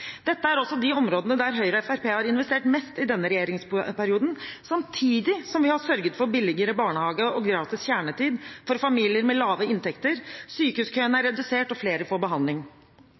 Dette er de områdene der Høyre og Fremskrittspartiet har investert mest i denne regjeringsperioden, samtidig som vi har sørget for billigere barnehager og gratis kjernetid for familier med lave inntekter. Sykehuskøene er redusert, og flere får behandling.